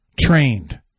trained